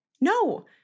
No